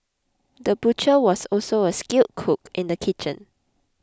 the butcher was also a skilled cook in the kitchen